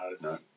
No